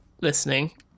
listening